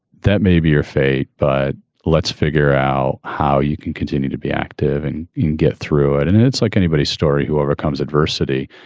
that may be your fate, but let's figure out how you can continue to be active and and get through it. and it's like anybody's story who overcomes adversity.